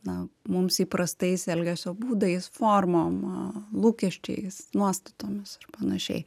na mums įprastais elgesio būdais formom lūkesčiais nuostatomis ir panašiai